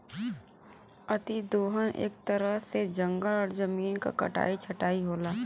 अति दोहन एक तरह से जंगल और जमीन क कटाई छटाई होला